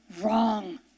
wrong